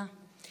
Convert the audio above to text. תודה.